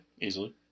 easily